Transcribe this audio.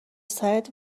سرت